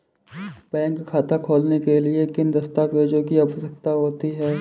Bank खाता खोलने के लिए किन दस्तावेज़ों की आवश्यकता होती है?